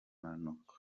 monaco